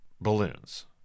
balloons